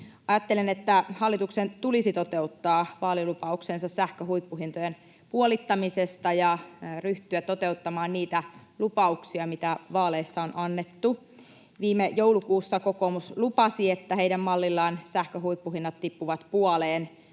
Ajattelen, että hallituksen tulisi toteuttaa vaalilupauksensa sähkön huippuhintojen puolittamisesta ja ryhtyä toteuttamaan niitä lupauksia, mitä vaaleissa on annettu. Viime joulukuussa kokoomus lupasi, että heidän mallillaan sähkön huippuhinnat tippuvat puoleen.